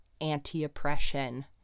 anti-oppression